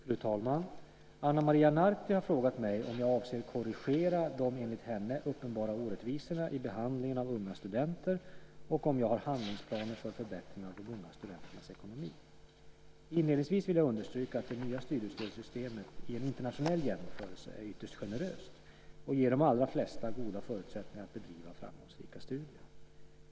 Fru talman! Ana Maria Narti har frågat mig om jag avser att korrigera de, enligt henne, uppenbara orättvisorna i behandlingen av unga studenter och om jag har handlingsplaner för förbättringar av de unga studenternas ekonomi. Inledningsvis vill jag understryka att det nya studiestödssystemet i en internationell jämförelse är ytterst generöst och ger de allra flesta goda förutsättningar att bedriva framgångsrika studier.